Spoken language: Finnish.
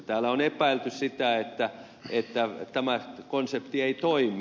täällä on epäilty sitä että tämä konsepti ei toimi